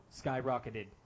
skyrocketed